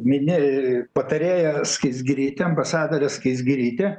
mini patarėja skaisgirytė ambasadorė skaisgirytė